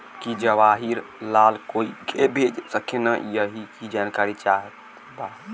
की जवाहिर लाल कोई के भेज सकने यही की जानकारी चाहते बा?